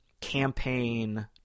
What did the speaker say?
campaign